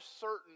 certain